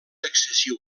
excessiu